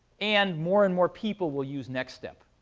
and more and more people will use nextstep.